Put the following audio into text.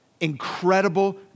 Incredible